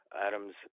Adam's